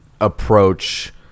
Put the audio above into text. approach